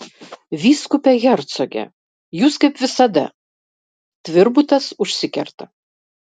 vyskupe hercoge jūs kaip visada tvirbutas užsikerta